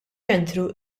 ċentru